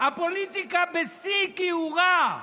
הפוליטיקה בשיא כיעורה,